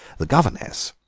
the governess,